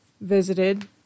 visited